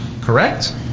correct